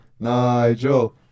Nigel